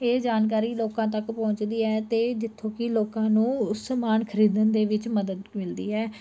ਇਹ ਜਾਣਕਾਰੀ ਲੋਕਾਂ ਤੱਕ ਪਹੁੰਚਦੀ ਹੈ ਤੇ ਜਿੱਥੋਂ ਕੀ ਲੋਕਾਂ ਨੂੰ ਸਮਾਨ ਖਰੀਦਣ ਦੇ ਵਿੱਚ ਮਦਦ ਮਿਲਦੀ ਹੈ